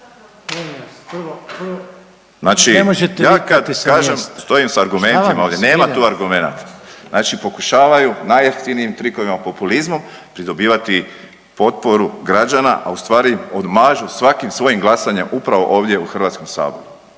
Šta vam je, .../nerazumljivo/... /... nema tu argumenata. Znači pokušavaju najjeftinijim trikovima, populizmom pridobivati potporu građana, a ustvari odmažu svakim svojim glasanjem upravo ovdje u HS-u.